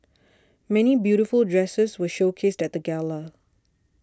many beautiful dresses were showcased at the gala